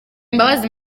imbabazi